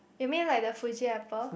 you mean like the Fuji apple